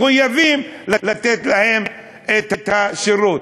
מחויבים, לתת להם את השירות.